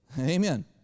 Amen